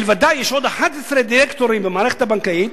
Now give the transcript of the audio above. מלבדה יש עוד 11 דירקטורים במערכת הבנקאית